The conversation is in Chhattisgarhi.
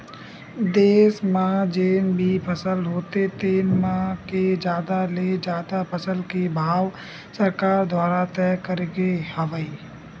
देस म जेन भी फसल होथे तेन म के जादा ले जादा फसल के भाव सरकार दुवारा तय करे गे हवय